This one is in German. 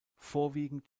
vorwiegend